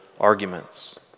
arguments